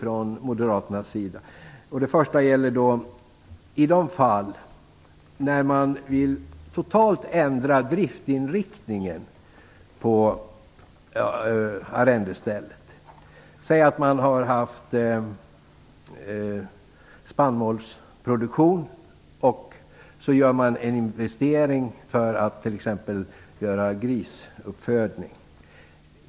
Den första punkten gäller de fall där man vill totalt ändra driftsinriktningen på arrendestället. Säg att man har haft spannmålsproduktion och att man gör en investering för t.ex. grisuppfödning.